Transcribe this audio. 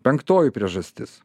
penktoji priežastis